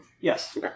Yes